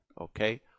okay